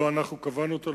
לא אנחנו קבענו אותו,